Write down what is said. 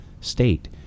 state